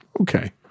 Okay